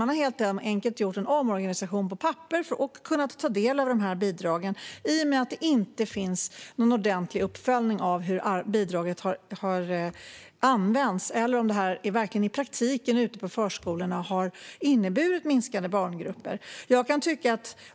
De har helt enkelt gjort en omorganisation på papper och kunnat ta del av dessa bidrag i och med att det inte finns någon ordentlig uppföljning av hur bidraget har använts eller om detta i praktiken ute på förskolorna har inneburit minskade barngrupper.